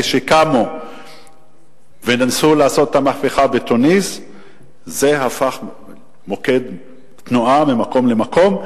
כשקמו וניסו לעשות את המהפכה בתוניסיה זה הפך מוקד תנועה ממקום למקום,